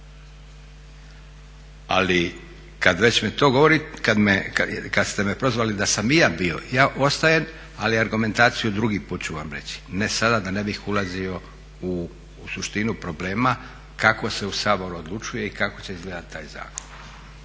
ćemo sada mijenjati ali kada ste me prozvali da sam i ja bio, ja …/Govornik se ne razumije./… ali argumentaciju drugi puta ću vam reći, ne sada da ne bih ulazio u suštinu problema kako se u Saboru odlučuje i kako će izgledati taj zakon.